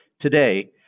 Today